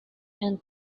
and